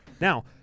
Now